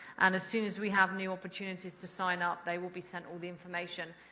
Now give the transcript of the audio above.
and as soon as we have new opportunities to sign up, they will be sent all the information.